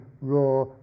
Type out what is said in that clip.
raw